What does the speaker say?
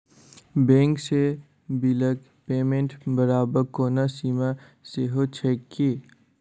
Bank सँ बिलक payment करबाक कोनो सीमा सेहो छैक की?